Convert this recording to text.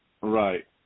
Right